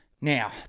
Now